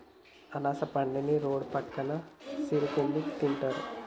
అనాస పండుని రోడ్డు పక్కన సిరు తిండిగా తింటారు